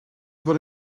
fod